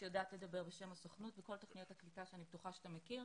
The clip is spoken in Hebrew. שיודעת לדבר בשם הסוכנות וכל תכניות הקליטה שאני בטוחה שאתה מכיר.